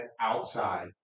outside